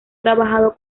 trabajado